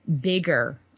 bigger